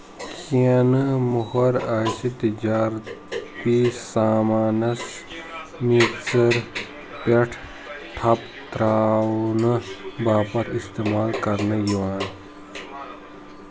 کینٛہہ نہٕ موہَرٕ آسہِ تجارتی سامانَس میژر پٮ۪ٹھ ٹھپ تر٘اونہٕ باپتھ اِستعمال كرنہٕ یوان